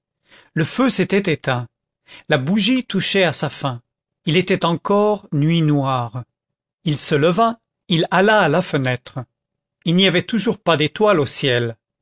le feu s'était éteint la bougie touchait à sa fin il était encore nuit noire il se leva il alla à la fenêtre il n'y avait toujours pas d'étoiles au ciel